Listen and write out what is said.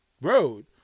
road